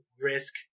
risk